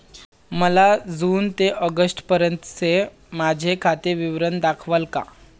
मला जून ते ऑगस्टपर्यंतचे माझे खाते विवरण दाखवाल का?